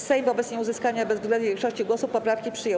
Sejm wobec nieuzyskania bezwzględnej większości głosów poprawki przyjął.